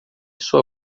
sua